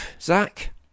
Zach